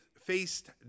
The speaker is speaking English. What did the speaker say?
faced